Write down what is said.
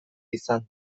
izan